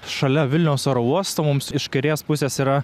šalia vilniaus oro uosto mums iš kairės pusės yra